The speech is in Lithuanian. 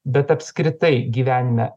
bet apskritai gyvenime